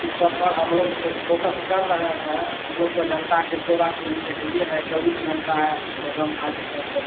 इस सब पर हम लोग फोकस कर रहें हैं हम लोग तो जिनता कि सेवा के लिए है ही है चौबीस घंटा एक दम हाज़िर पैदल हैं